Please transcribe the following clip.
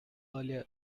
earlier